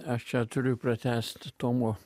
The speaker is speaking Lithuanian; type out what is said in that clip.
aš čia turiu pratęsti tomo